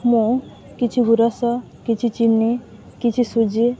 ମୁଁ କିଛି ଗୁୁରସ କିଛି ଚିନି କିଛି ସୁଜି